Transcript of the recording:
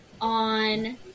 on